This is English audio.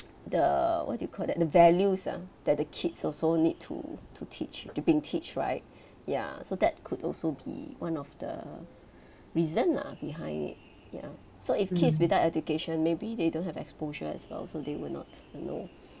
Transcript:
the what do you call that the values ah that the kids also need to to teach to being teach right ya so that could also be one of the reason lah behind it ya so if kids without education maybe they don't have exposure as well so they will not know